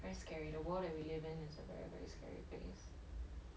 very scary the world that we live in is a very very scary place